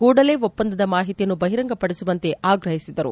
ಕೂಡಲೇ ಒಪ್ಪಂದದ ಮಾಹಿತಿಯನ್ನು ಬಹಿರಂಗ ಪಡಿಸುವಂತೆ ಆಗ್ರಹಿಸಿದರು